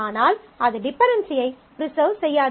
ஆனால் அது டிபென்டென்சியை ப்ரிசர்வ் செய்யாது